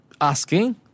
asking